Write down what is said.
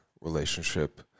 relationship